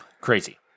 Crazy